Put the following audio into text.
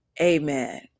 amen